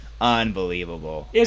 unbelievable